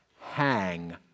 hang